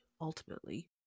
ultimately